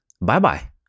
bye-bye